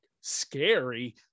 scary